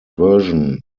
version